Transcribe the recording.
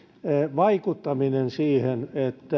vaikuttaminen siihen että